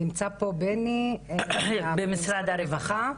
נמצא פה בני --- במשרד הרווחה?